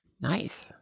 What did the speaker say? Nice